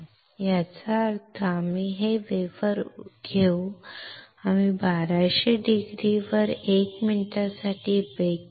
याचा अर्थ आम्ही हे वेफर घेऊ आम्ही 1200C वर 1 मिनिटासाठी बेक करू